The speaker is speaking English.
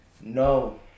No